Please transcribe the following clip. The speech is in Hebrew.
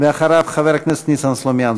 אחריו, חבר הכנסת ניסן סלומינסקי.